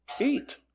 Eat